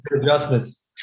adjustments